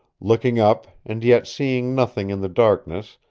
looking up, and yet seeing nothing in the darkness,